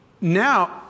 now